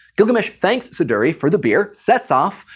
gilgamesh thanks siduri for the beer, sets off,